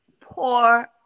poor